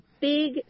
big